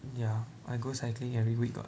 ya I go cycling every week [what]